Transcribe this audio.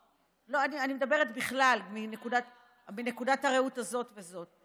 לא, אני מדברת בכלל מנקודת הראות הזאת והזאת.